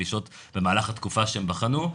פלישות במהלך התקופה שהם בחנו,